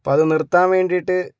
ഇപ്പോൾ അത് നിർത്താൻ വേണ്ടീട്ട്